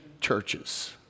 churches